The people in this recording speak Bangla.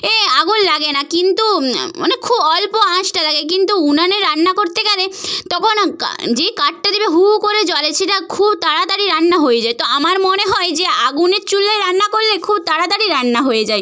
এ আগুন লাগে না কিন্তু মানে খুব অল্প আঁচটা লাগে কিন্তু উনানে রান্না করতে গেলে তখন যে কাঠটা দেবে হু হু করে জ্বলে সেটা খুব তাড়াতাড়ি রান্না হয়ে যায় তো আমার মনে হয় যে আগুনের চুলায় রান্না করলে খুব তাড়াতাড়ি রান্না হয়ে যায়